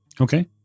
Okay